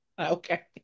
Okay